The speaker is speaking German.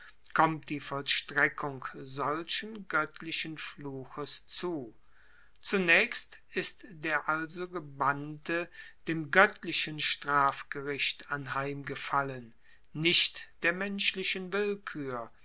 kommt die vollstreckung solchen goettlichen fluches zu zunaechst ist der also gebannte dem goettlichen strafgericht anheim gefallen nicht der menschlichen willkuer